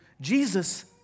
Jesus